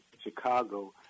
Chicago